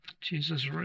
Jesus